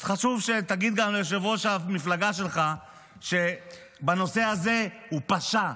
אז חשוב שתגיד גם ליושב-ראש המפלגה שלך שבנושא הזה הוא פשע.